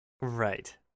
Right